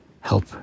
help